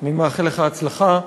אני מאחל לך הצלחה.